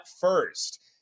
first